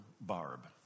Barb